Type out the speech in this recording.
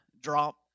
drop